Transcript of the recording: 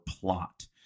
plot